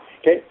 okay